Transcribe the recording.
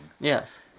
Yes